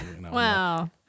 Wow